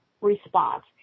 response